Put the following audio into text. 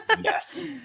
Yes